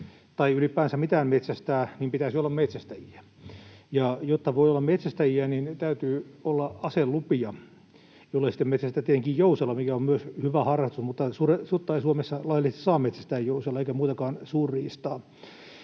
tai ylipäänsä mitään metsästää, pitäisi olla metsästäjiä. Ja jotta voi olla metsästäjiä, täytyy olla aselupia, jollei sitten metsästetä tietenkin jousella, mikä on myös hyvä harrastus, mutta Suomessa ei laillisesti saa metsästää jousella sutta eikä muutakaan suurriistaa.